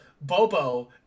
Bobo